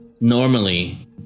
Normally